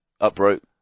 Uproot